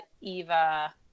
Eva